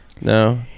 No